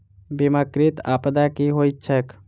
बीमाकृत आपदा की होइत छैक?